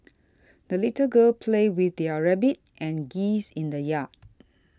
the little girl played with are rabbit and geese in the yard